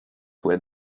will